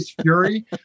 fury